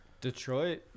Detroit